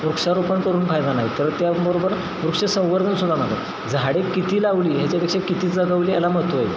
वृक्षारोपण करून फायदा नाही तर त्याबरोबर वृक्ष संवर्धन सुद्धा नका झाडे किती लावली ह्याच्यापेक्षा किती जगवली याला महत्त्व आहे